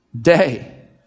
day